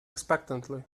expectantly